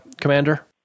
Commander